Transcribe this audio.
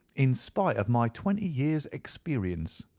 in spite of my twenty years' experience.